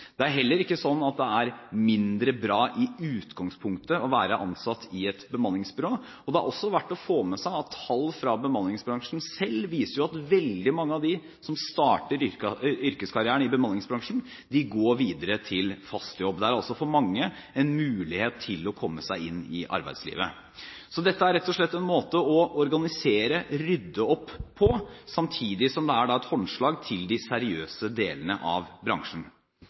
Det er heller ikke sånn at det i utgangspunktet er mindre bra å være ansatt i et bemanningsbyrå. Det er også verdt å få med seg at tall fra bemanningsbransjen selv viser at veldig mange av dem som starter yrkeskarrieren i bemanningsbransjen, går videre til fast jobb. Det er altså for mange en mulighet til å komme seg inn i arbeidslivet. Dette er rett og slett en måte å organisere – rydde opp – på, samtidig som det er et håndslag til de seriøse delene av bransjen.